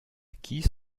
acquis